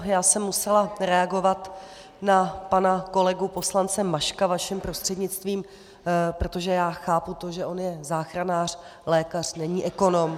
Já jsem musela reagovat na pana kolegu poslance Maška vaším prostřednictvím, protože já chápu to, že on je záchranář, lékař, není ekonom.